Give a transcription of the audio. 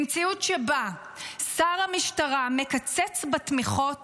במציאות שבה שר המשטרה מקצץ בתמיכות